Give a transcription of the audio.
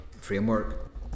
framework